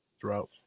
throughout